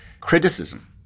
criticism